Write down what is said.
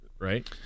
right